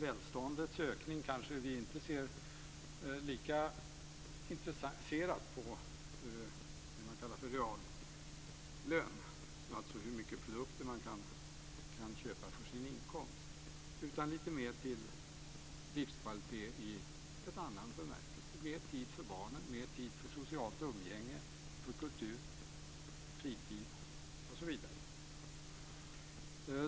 Välståndets ökning ser vi kanske inte lika intresserat på - den s.k. reallönen, alltså hur mycket produkter som man kan köpa för sin inkomst - utan vi ser kanske lite mer till livskvalitet i lite annan bemärkelse. Det handlar då om mer tid för barnen och mer tid för socialt umgänge, kultur, fritid osv.